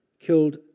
killed